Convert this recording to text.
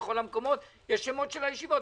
יש שמות של הישיבות.